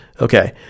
Okay